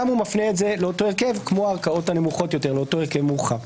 הוא מפנה את זה לאותו הרכב כמו הערכאות הנמוכות יותר לאותו הרכב מורחב.